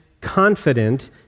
confident